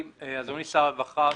אדוני שר העבודה,